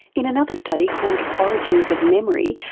in another study called origins of memory,